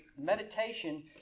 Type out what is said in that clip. meditation